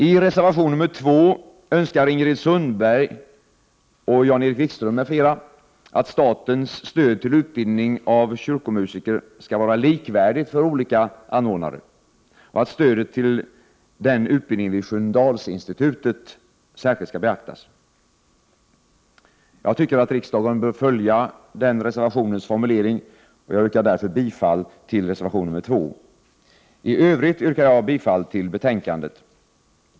I reservation nr 2 önskar Ingrid Sundberg och Jan-Erik Wikström m.fl. att statens stöd till utbildning av kyrkomusiker skall vara likvärdigt för olika anordnare och att stödet till den utbildningen vid Sköndalsinstitutet särskilt skall beaktas. Jag tycker att riksdagen bör följa den reservationens formulering. Jag yrkar därför bifall till reservation nr 2. I övrigt yrkar jag bifall till betänkandet.